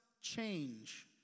change